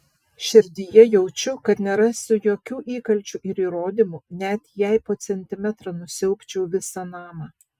širdyje jaučiu kad nerasiu jokių įkalčių ir įrodymų net jei po centimetrą nusiaubčiau visą namą